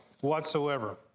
whatsoever